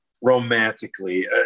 romantically